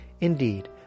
Indeed